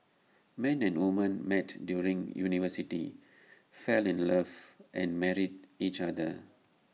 man and woman met during university fell in love and married each other